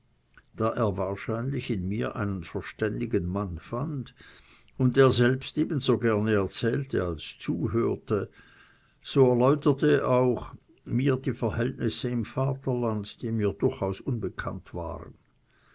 er wahrscheinlich in mir einen verständigen mann fand und er selbst eben so gerne erzählte als zuhörte so erläuterte auch er mir die verhältnisse im vaterlande die mir durchaus unbekannt waren